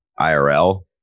IRL